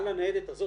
על הניידת הזאת,